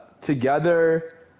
together